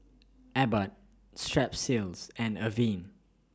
Abbott Strepsils and Avene